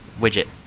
widget